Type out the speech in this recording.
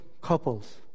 couples